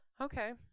Okay